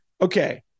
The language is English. Okay